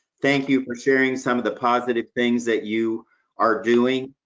thank you for sharing some of the positive things that you are doing,